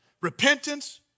repentance